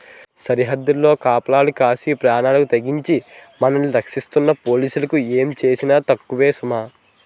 సరద్దుల్లో కాపలా కాసి పేనాలకి తెగించి మనల్ని రచ్చిస్తున్న పోలీసులకి ఏమిచ్చినా తక్కువే సుమా